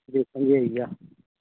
बेसन बी आइ गेआ